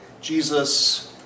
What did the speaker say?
Jesus